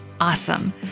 Awesome